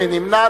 מי נמנע?